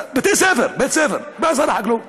בתי ספר, בית ספר, בא שר החקלאות.